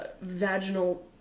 vaginal